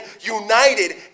united